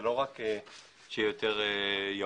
זה לא רק שיהיה יותר ירוק,